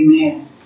amen